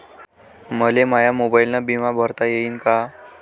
मले माया मोबाईलनं बिमा भरता येईन का?